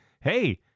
hey